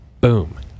Boom